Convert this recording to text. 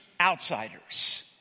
outsiders